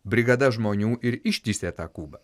brigada žmonių ir ištįsė tą kubą